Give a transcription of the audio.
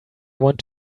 want